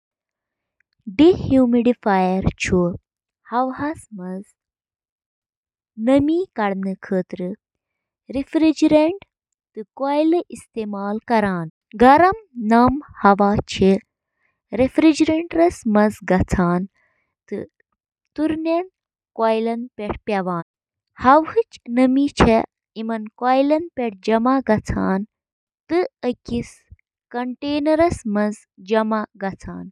اکھ vacuum cleaner, یتھ صرف ویکیوم تہٕ ونان چِھ، چُھ اکھ یُتھ آلہ یُس قالینن تہٕ سخت فرشو پیٹھ گندگی تہٕ باقی ملبہٕ ہٹاونہٕ خاطرٕ سکشن تہٕ اکثر تحریک ہنٛد استعمال چُھ کران۔ ویکیوم کلینر، یِم گَرَن سۭتۍ سۭتۍ تجٲرتی ترتیبن منٛز تہِ استعمال چھِ یِوان کرنہٕ۔